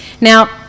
Now